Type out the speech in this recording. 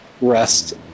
rest